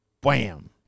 Bam